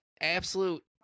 absolute